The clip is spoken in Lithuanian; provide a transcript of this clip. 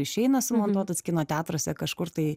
išeina sumontuotas kino teatruose kažkur tai